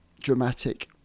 dramatic